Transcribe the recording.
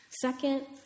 Second